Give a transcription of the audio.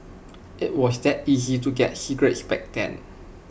IT was that easy to get cigarettes back then